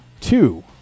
two